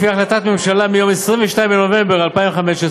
לפי החלטת ממשלה מיום 22 בנובמבר 2015,